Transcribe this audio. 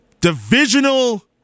divisional